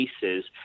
cases